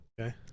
Okay